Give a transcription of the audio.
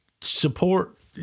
support